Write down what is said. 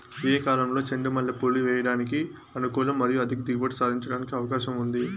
ఏ కాలంలో చెండు మల్లె పూలు వేయడానికి అనుకూలం మరియు అధిక దిగుబడి సాధించడానికి అవకాశం ఉంది?